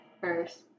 first